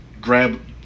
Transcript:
grab –